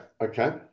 okay